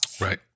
Right